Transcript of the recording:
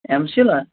M سیٖل آ